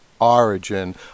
origin